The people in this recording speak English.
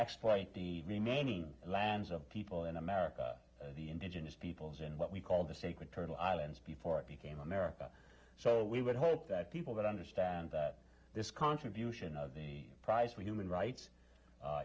exploit the remaining lands of people in america the indigenous peoples in what we call the sacred turtle islands before it became america so we would hope that people that understand that this contribution of the prize we human rights